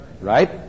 right